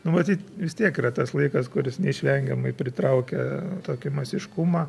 nu matyt vis tiek yra tas laikas kuris neišvengiamai pritraukia tokį masiškumą